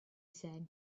said